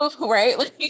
right